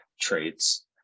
traits